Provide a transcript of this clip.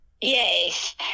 Yes